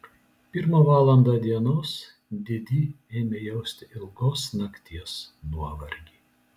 pirmą valandą dienos didi ėmė jausti ilgos nakties nuovargį